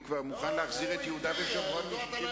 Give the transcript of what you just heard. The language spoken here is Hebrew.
הוא כבר היה מוכן להחזיר את יהודה ושומרון מ-1967.